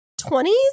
20s